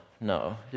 no